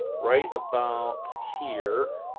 right about here